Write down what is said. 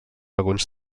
alguns